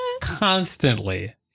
Constantly